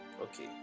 Okay